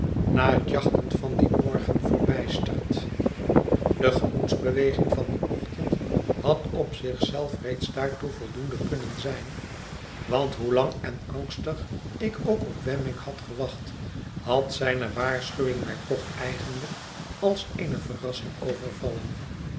nahet jachten van dien morgen verbijsterd de gemoedsbeweging van dien ochtend had op zich zelf reeds daartoe voldoende kunnen zijn want hoe lang en angstig ik ook op wemmick had gewacht had zijne waarschuwingjmij toch eigenlijk als eene verrassing overvallen